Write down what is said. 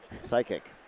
Psychic